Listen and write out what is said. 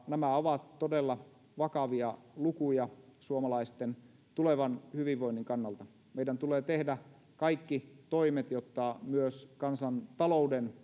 nämä ovat todella vakavia lukuja suomalaisten tulevan hyvinvoinnin kannalta meidän tulee tehdä kaikki toimet jotta myös kansantalouden